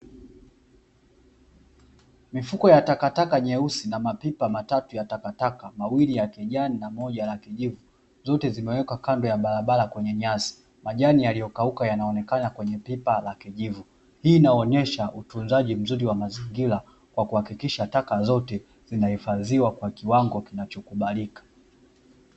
Mifuko ya taka taka nyeusi na mapipa matatu ya takataka mawili la kijani na moja la kijivu zote zimewekwa kando ya barabara kwenye nyasi, majani yaliyokauka yanaonekana kwenye pipa la kijivu, hii inaonyesha utunzaji mzuri wa mazingira kwa kuhakikisha taka zote zinahifadhiwa kwa viwango vinavyokubalika.